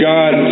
God